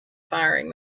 firing